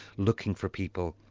looking for people,